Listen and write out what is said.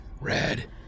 Red